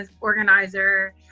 organizer